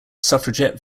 suffragette